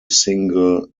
single